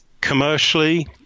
commercially